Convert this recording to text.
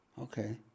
Okay